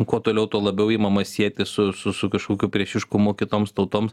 kuo toliau tuo labiau imamas sieti su su su kažkokiu priešiškumu kitoms tautoms